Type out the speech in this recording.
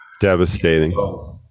Devastating